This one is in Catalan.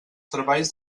treballs